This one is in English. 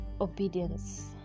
obedience